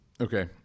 Okay